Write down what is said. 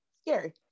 Scary